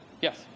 Yes